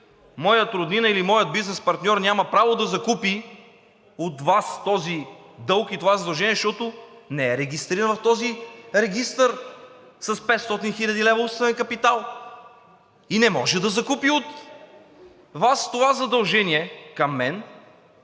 Моят роднина или моят бизнес партньор няма право да закупи от Вас този дълг и това задължение, защото не е регистриран в този регистър с 500 хил. лв. уставен капитал и не може да закупи от Вас това задължение към мен,